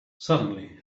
suddenly